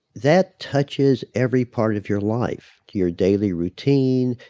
that touches every part of your life, your daily routine,